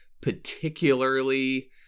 particularly